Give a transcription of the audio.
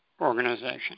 Organization